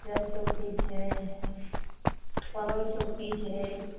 chain कुर्सी छै पलङ्ग कुर्सी छै